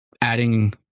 adding